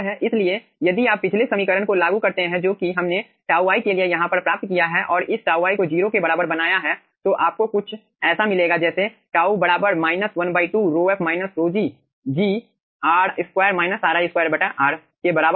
इसलिए यदि आप पिछले समीकरण को लागू करते हैं जो कि हमने τ i के लिए यहाँ पर प्राप्त किया है और इस τ को 0 के बराबर बनाया है तो आपको कुछ ऐसा मिलेगा जैसे τ ½ ρf ρg g r के बराबर होगा